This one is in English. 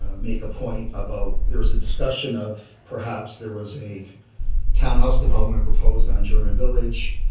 make a point about, there's a discussion of perhaps there was a townhouse development proposed on german village,